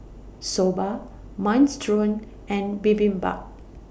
Soba Minestrone and Bibimbap